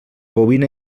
bobina